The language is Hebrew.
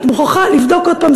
את מוכרחה לבדוק עוד פעם,